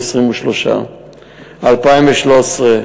23. ב-2013,